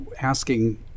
asking